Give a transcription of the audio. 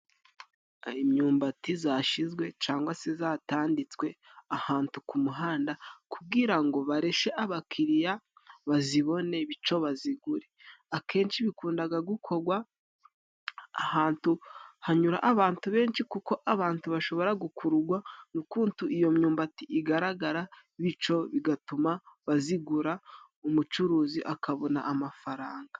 Imyumbati zashizwe cangwa se zatanditswe ahantu ku muhanda kugira ngo bareshe abakiriya bazibone bico bazigure, akenshi bikundaga gukogwa ahantu hanyura abantu benshi kuko abantu bashobora gukurugwa n'ukuntu iyo myumbati igaragara bico bigatuma bazigura, umucuruzi akabona amafaranga.